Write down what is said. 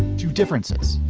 two differences.